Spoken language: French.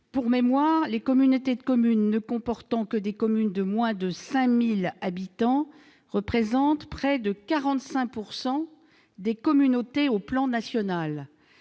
Pour mémoire, les communautés de communes ne comportant que des communes de moins de 5 000 habitants représentent près de 45 % des communautés sur le plan national.